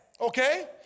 Okay